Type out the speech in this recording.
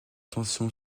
tension